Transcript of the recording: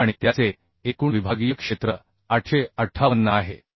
8 आणि त्याचे एकूण विभागीय क्षेत्र 858 आहे